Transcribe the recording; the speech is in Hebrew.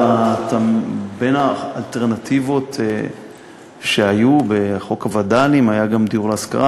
בין האלטרנטיבות שהיו בחוק הווד"לים היה גם דיור להשכרה,